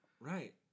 Right